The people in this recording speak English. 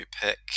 pick